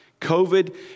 COVID